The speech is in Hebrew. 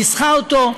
ניסחה אותו,